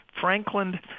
Franklin